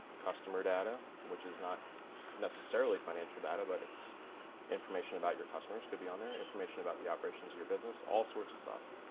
customer data, which is not necessarily financial data, but it's information about your customers could be on there, information about the operations of your business. all sorts of stuff